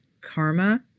karma